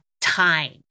time